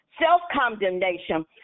self-condemnation